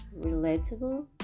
relatable